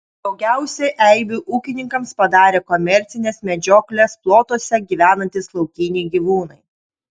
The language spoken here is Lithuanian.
daugiausiai eibių ūkininkams padarė komercinės medžioklės plotuose gyvenantys laukiniai gyvūnai